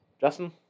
Justin